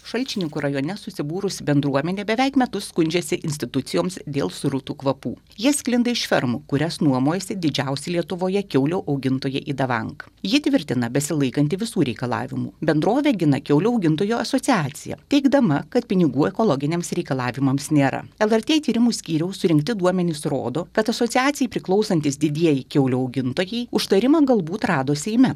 šalčininkų rajone susibūrusi bendruomenė beveik metus skundžiasi institucijoms dėl srutų kvapų jie sklinda iš fermų kurias nuomojasi didžiausi lietuvoje kiaulių augintoja idavank ji tvirtina besilaikanti visų reikalavimų bendrovė gina kiaulių augintojų asociaciją teigdama kad pinigų ekologiniams reikalavimams nėra lrt tyrimų skyriaus surinkti duomenys rodo kad asociacijai priklausantys didieji kiaulių augintojai užtarimą galbūt rado seime